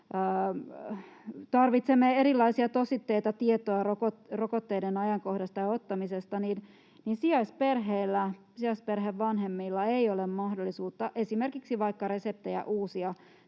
myöskin erilaisia tositteita, tietoa rokotteiden ajankohdasta ja ottamisesta, niin sijaisperheellä, sijaisperheen vanhemmilla ei ole mahdollisuutta esimerkiksi vaikka reseptejä uusia